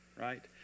right